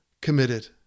committed